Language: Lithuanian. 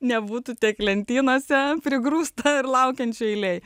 nebūtų tiek lentynose prigrūsta ir laukiančių eilėje